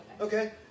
okay